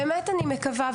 באמת אני מקווה.